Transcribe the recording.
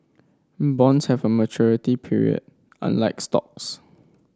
bonds have a maturity period unlike stocks